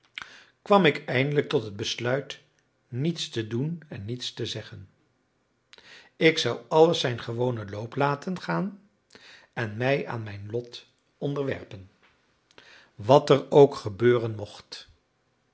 kwam ik eindelijk tot het besluit niets te doen en niets te zeggen ik zou alles zijn gewonen loop laten gaan en mij aan mijn lot onderwerpen wat er ook gebeuren mocht